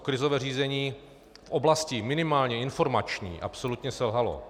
Krizové řízení v oblasti minimálně informační absolutně selhalo.